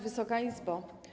Wysoka Izbo!